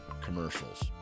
commercials